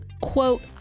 quote